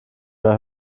mehr